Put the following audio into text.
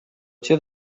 cię